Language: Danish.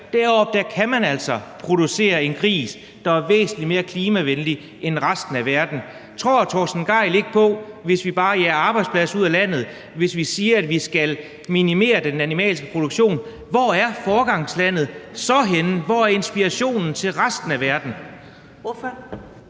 deroppe kan man altså producere en gris, der er væsentlig mere klimavenlig end i resten af verden. Hvis vi bare jager arbejdspladser ud af landet, og hvis vi siger, at vi skal minimere den animalske produktion, hvor er foregangslandet så henne, og hvor er inspirationen til resten af verden?